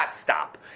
stop